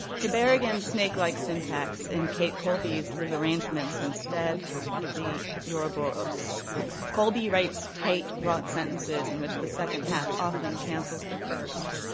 to berrigan's snake-like syntax, in kate colby's, the arrangements instead the yeah ouraboros. colby writes tight, wrought sentences in which the second half often cancels the first.